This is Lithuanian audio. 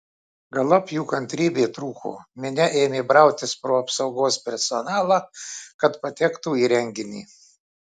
galop jų kantrybė trūko minia ėmė brautis pro apsaugos personalą kad patektų į renginį